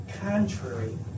contrary